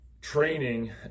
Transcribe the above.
training